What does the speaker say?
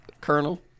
Colonel